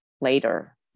later